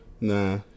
Nah